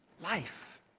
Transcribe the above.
life